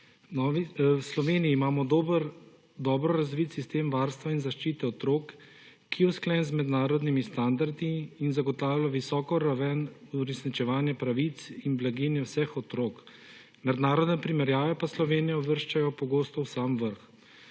V Sloveniji imamo dobro razvit sistem varstva in zaščite otrok, ki je usklajen z mednarodnimi standardi in zagotavlja visoko raven uresničevanja pravic in blaginjo vseh otrok, mednarodne primerjave pa Slovenijo uvrščajo pogosto v sam vrh.